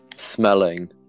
smelling